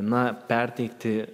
na perteikti